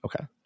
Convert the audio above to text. Okay